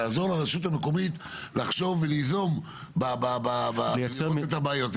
לעזור לרשות המקומית לחשוב וליזום ולראות את הבעיות.